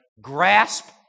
grasp